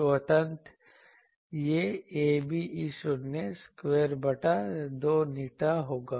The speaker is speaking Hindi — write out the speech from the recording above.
तो अंततः यह ab E0 स्क्वायर बटा 2η होगा